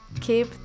keep